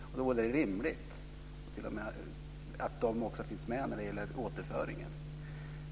Det vore rimligt att man också finns med när det gäller återföringen.